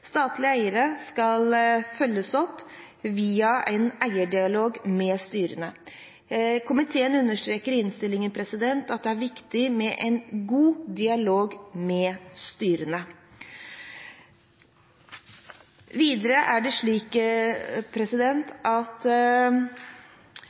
Statlige eiere skal følges opp via en eierdialog med styrene. Komiteen understreker i innstillingen at det er viktig med en god dialog med styrene. Videre sier komiteen at selskap der staten er